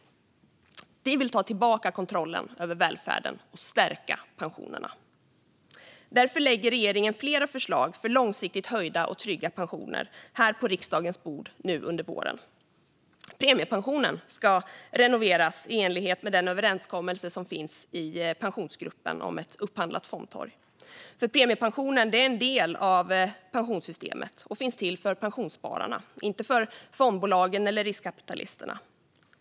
Vi vill ta tillbaka kontrollen över välfärden och stärka pensionerna. Därför lägger nu regeringen flera förslag för långsiktigt höjda och trygga pensioner på riksdagens bord under våren. Premiepensionen ska renoveras i enlighet med den överenskommelse som finns i Pensionsgruppen om ett upphandlat fondtorg. Premiepensionen är en del av pensionssystemet och finns till för pensionsspararna, inte för fondbolagen eller riskkapitalisterna.